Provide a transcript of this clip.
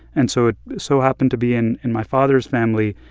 and so it so happened to be, in in my father's family,